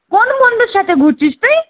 কোন বন্ধুর সাথে ঘুরছিস তুই